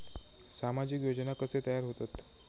सामाजिक योजना कसे तयार होतत?